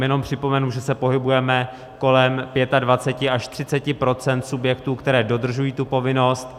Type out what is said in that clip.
Jenom připomenu, že se pohybujeme kolem 25 až 30 % subjektů, které dodržují tu povinnost.